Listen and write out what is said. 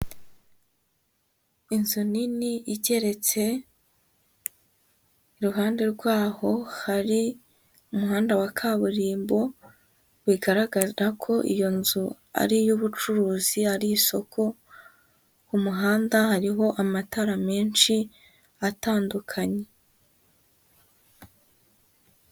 Inzu nini igeretse, iruhande rwaho hari umuhanda wa kaburimbo, bigaragara ko iyo nzu ari iy'ubucuruzi ari isoko, ku muhanda hariho amatara menshi atandukanye.